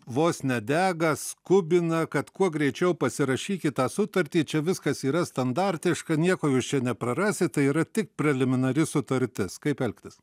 vos ne dega skubina kad kuo greičiau pasirašykit tą sutartį čia viskas yra standartiška nieko jūs čia neprarasit tai yra tik preliminari sutartis kaip elgtis